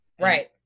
Right